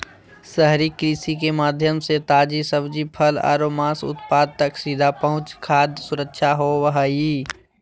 शहरी कृषि के माध्यम से ताजी सब्जि, फल आरो मांस उत्पाद तक सीधा पहुंच खाद्य सुरक्षा होव हई